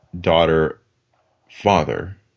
daughter-father